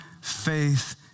faith